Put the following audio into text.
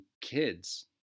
kids